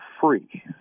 free